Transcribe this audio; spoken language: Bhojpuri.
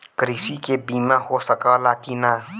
कृषि के बिमा हो सकला की ना?